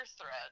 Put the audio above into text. thread